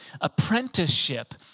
apprenticeship